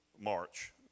March